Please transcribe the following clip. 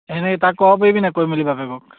তেনেকৈ তাক ক'ব পাৰিবিনে কৈ মেলি বাপেকক